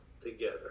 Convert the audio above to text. together